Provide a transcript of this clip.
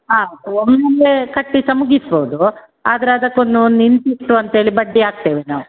ಹಾಂ ಒಮ್ಮೆಲೆ ಕಟ್ಟಿ ಸಹ ಮುಗಿಸ್ಬೋದು ಆದರೆ ಅದಕ್ಕೊಂದು ಒಂದು ಇಂತಿಷ್ಟು ಅಂತೇಳಿ ಬಡ್ಡಿ ಹಾಕ್ತೇವೆ ನಾವು